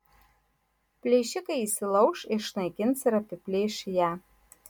plėšikai įsilauš išnaikins ir apiplėš ją